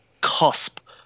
cusp